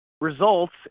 results